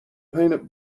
painted